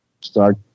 start